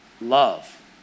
Love